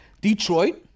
Detroit-